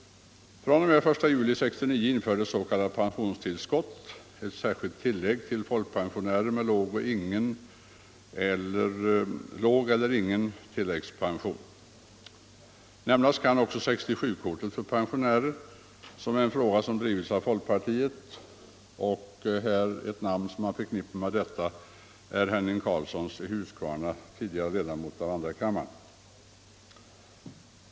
fr.o.m. den 1 juli 1969 utgår s.k. pensionstillskott, ett särskilt tillägg till folkpensionärer med låg eller ingen tilläggspension. Nämnas kan också 67-kortet för pensionärer — en sak som drivits av folkpartiet och som särskilt förknippas med namnet Henning Carlson i Huskvarna, tidigare ledamot av andra kammaren.